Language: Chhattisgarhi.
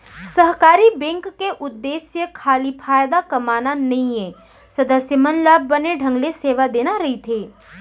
सहकारी बेंक के उद्देश्य खाली फायदा कमाना नइये, सदस्य मन ल बने ढंग ले सेवा देना रइथे